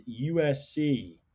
USC